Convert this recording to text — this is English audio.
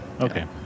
okay